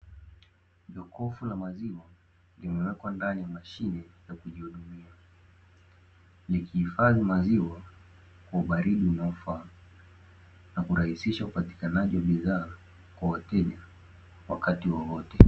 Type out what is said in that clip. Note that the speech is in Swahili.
Jokofu la maziwa limewekwa ndani ya mashine ya kujihudumia, likihifadhi maziwa kwa ubaridi unaofaa na kurahisisha upatikanaji wa bidhaa kwa wateja wakati wowote.